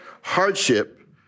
Hardship